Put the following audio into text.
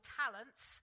talents